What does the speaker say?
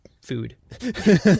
food